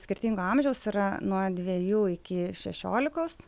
skirtingo amžiaus yra nuo dvejų iki šešiolikos